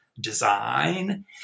design